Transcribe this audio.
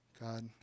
God